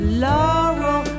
laurel